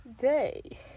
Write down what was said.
day